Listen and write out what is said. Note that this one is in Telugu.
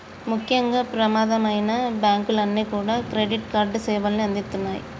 ముఖ్యంగా ప్రమాదమైనా బ్యేంకులన్నీ కూడా క్రెడిట్ కార్డు సేవల్ని అందిత్తన్నాయి